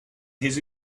his